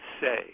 say